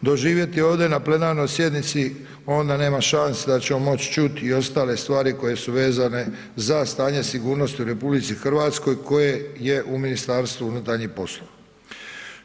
doživjeti ovdje na plenarnoj sjednici, onda nema šanse da ćemo moć čuti i ostale stvari koje su vezane za stanje sigurnosti u RH koje je u MUP-u.